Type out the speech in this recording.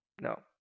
No